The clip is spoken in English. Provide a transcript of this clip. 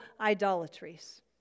idolatries